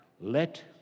Let